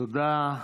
תודה,